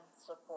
support